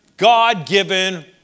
God-given